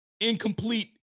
incomplete